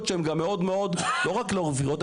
שהן גם מאוד מאוד לא רק לא רווחיות,